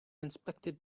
inspected